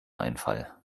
einfall